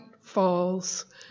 falls